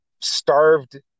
starved